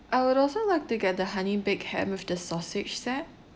I would also like to get the honey baked ham with the sausage set